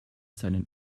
seinen